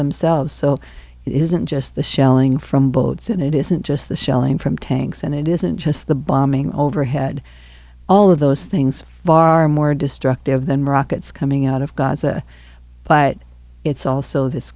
themselves so it isn't just the shelling from bullets in it isn't just the shelling from tanks and it isn't just the bombing overhead all of those things far more destructive than rockets coming out of gaza but it's also this